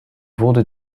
wurde